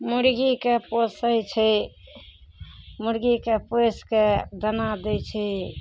मुर्गीके पोसय छै मुर्गीके पोसके दाना दै छै